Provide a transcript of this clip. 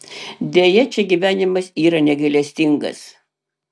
deja čia gyvenimas yra negailestingas